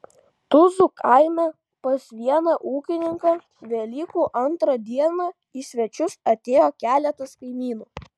tuzų kaime pas vieną ūkininką velykų antrą dieną į svečius atėjo keletas kaimynų